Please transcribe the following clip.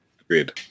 agreed